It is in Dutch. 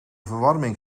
verwarming